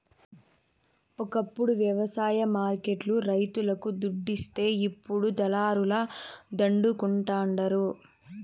ఒకప్పుడు వ్యవసాయ మార్కెట్ లు రైతులకు దుడ్డిస్తే ఇప్పుడు దళారుల దండుకుంటండారు